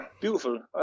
beautiful